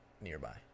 nearby